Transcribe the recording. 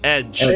Edge